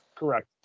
Correct